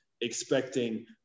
expecting